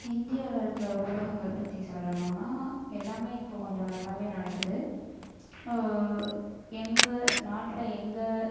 இந்தியாவில் இருக்கிற ஊடகங்கள் பற்றி சொல்லணும்னா எல்லாமே இப்போ கொஞ்சம் நல்லாவே நடக்குது எங்கே நாட்டில் எங்கே